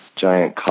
giant